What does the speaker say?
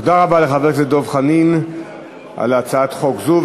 תודה רבה לחבר הכנסת דב חנין על הצעת חוק זו.